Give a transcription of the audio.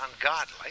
ungodly